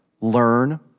learn